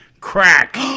Crack